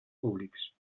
públics